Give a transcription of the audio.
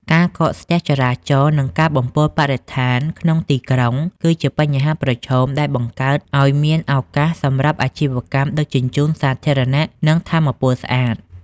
ការកកស្ទះចរាចរណ៍ និងការបំពុលបរិស្ថានក្នុងទីក្រុង គឺជាបញ្ហាប្រឈមដែលបង្កើតឱ្យមានឱកាសសម្រាប់អាជីវកម្មដឹកជញ្ជូនសាធារណៈ និងថាមពលស្អាត។